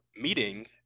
meeting